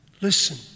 Listen